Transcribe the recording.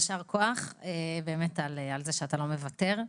יישר כוח על כך שאתה לא מוותר.